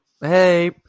Hey